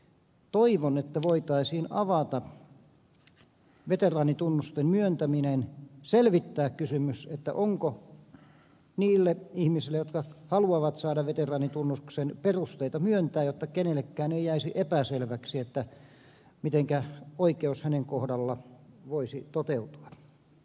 toivon että voitaisiin avata veteraanitunnusten myöntäminen selvittää kysymys onko niille ihmisille jotka haluavat saada veteraanitunnuksen perusteita myöntää jotta kenellekään ei jäisi epäselväksi mitenkä oikeus hänen kohdallaan voisi toteutua